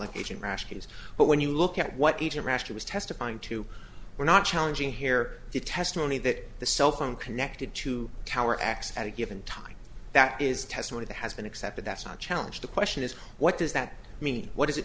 russians but when you look at what age in russia was testifying to we're not challenging here to testimony that the cell phone connected to cower x at a given time that is testimony that has been accepted that's not challenged the question is what does that mean what does it